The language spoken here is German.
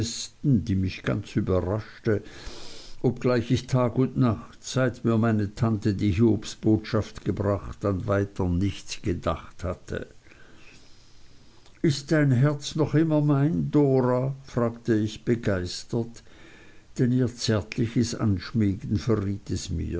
die mich ganz überraschte obgleich ich tag und nacht seit mir meine tante die hiobsbotschaft gebracht an weiter nichts gedacht hatte ist dein herz noch immer mein dora fragte ich begeistert denn ihr zärtliches anschmiegen verriet es mir